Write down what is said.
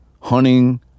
hunting